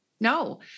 No